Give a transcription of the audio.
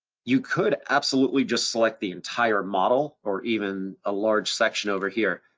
you could absolutely just select the entire model or even a large section over here,